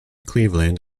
cleveland